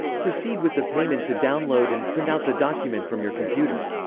proceed with the payment to download and print out the document from your computer.